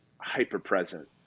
hyper-present